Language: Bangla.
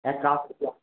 হ্যাঁ কাটবো চ